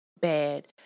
bad